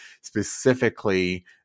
specifically